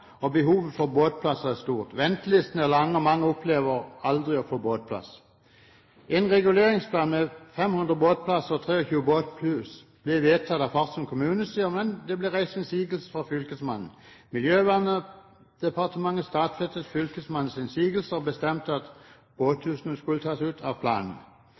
og behovet for båtplasser er stort. Ventelistene er lange, og mange opplever aldri å få båtplass. En reguleringsplan med 500 båtplasser og 23 båthus ble vedtatt av Farsund kommunestyre, men det ble reist innsigelse fra fylkesmannen. Miljøverndepartementet stadfestet fylkesmannens innsigelser og bestemte at båthusene måtte tas ut av planen.